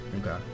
okay